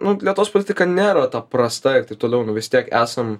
nu lietuvos politika nėra ta prasta ir taip toliau vis tiek esam